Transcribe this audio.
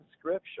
scripture